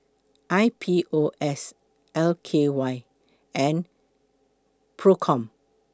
I P O S L K Y and PROCOM